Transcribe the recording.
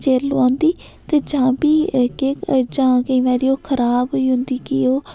चिर लोआंदी ते जां फ्ही के जां केईं बारी ओह् खराब होई होंदी कि ओह्